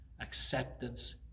acceptance